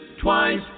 twice